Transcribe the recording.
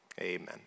Amen